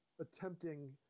attempting